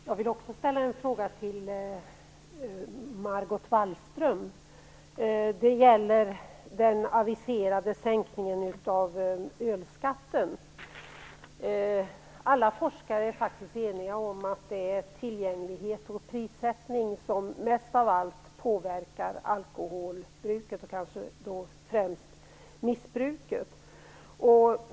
Fru talman! Jag vill också ställa en fråga till Margot Wallström. Det gäller den aviserade sänkningen av ölskatten. Alla forskare är eniga om att det är tillgänglighet och prissättning som mest av allt påverkar alkoholbruket och kanske främst missbruket.